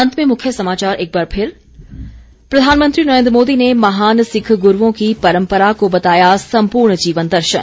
अंत में मुख्य समाचार एक बार फिर प्रधानमंत्री नरेन्द्र मोदी ने महान सिक्ख गुरूओं की परम्परा को बताया सम्पूर्ण जीवन दर्शन